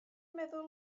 meddwl